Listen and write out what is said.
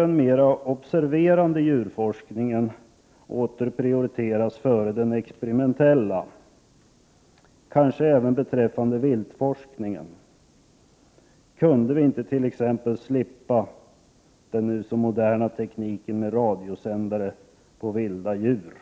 Den mera observerande djurforskningen kanske åter bör prioriteras före den experimentella, även beträffande viltforskningen. Skulle vi inte t.ex. kunna slippa den nu så moderna tekniken med radiosändare på vilda djur